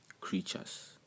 creatures